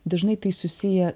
dažnai tai susiję